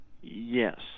Yes